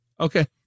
Okay